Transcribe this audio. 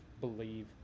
believe